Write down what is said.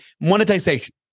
monetization